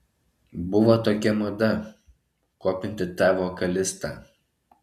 buvo tokia mada kopinti tą vokalistą